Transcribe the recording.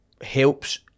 helps